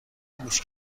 گوش